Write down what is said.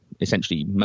essentially